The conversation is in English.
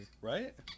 Right